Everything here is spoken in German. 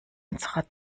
unserer